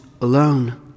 alone